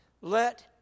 let